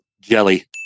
Jelly